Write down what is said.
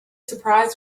surprised